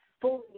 fully